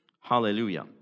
hallelujah